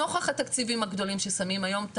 נוכח התקציבים הגדולים ששמים היום.